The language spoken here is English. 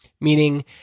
meaning